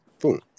Boom